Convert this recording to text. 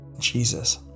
Jesus